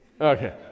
okay